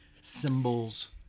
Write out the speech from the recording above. symbols